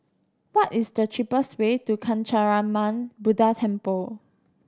what is the cheapest way to Kancanarama Buddha Temple